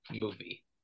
Movie